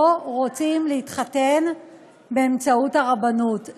לא רוצים להתחתן באמצעות הרבנות,